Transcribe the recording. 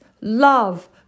love